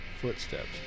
footsteps